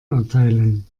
erteilen